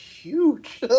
huge